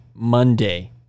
Monday